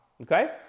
Okay